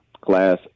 Class